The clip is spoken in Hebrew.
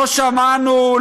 לא שמענו,